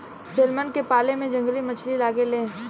salmon के पाले में जंगली मछली लागे ले